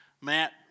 Matt